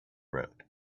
road